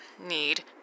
Need